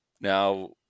now